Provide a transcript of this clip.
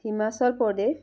Himachal Pradesh